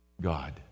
God